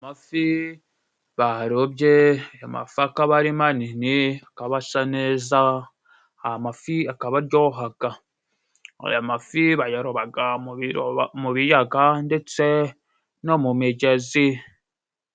Amafi barobye, amafi akaba ari manini, akaba asa neza, amafi akaba aryohaga. Aya mafi bayarobaga mu biyaga ndetse no mu migezi.